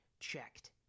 checked